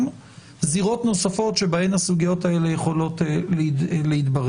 זירות נוספות שבהן הסוגיות האלה יכולות להתברר.